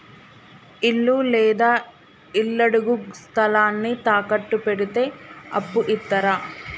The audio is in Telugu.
ఇల్లు లేదా ఇళ్లడుగు స్థలాన్ని తాకట్టు పెడితే అప్పు ఇత్తరా?